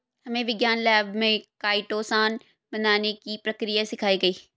हमे विज्ञान लैब में काइटोसान बनाने की प्रक्रिया सिखाई गई